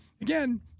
again